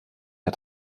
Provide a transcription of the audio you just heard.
der